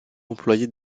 employait